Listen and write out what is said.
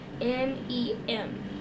M-E-M